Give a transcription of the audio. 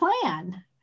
plan